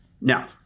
Now